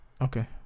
Okay